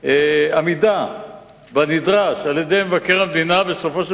שאי-עמידה בנדרש על-ידי מבקר המדינה בסופו של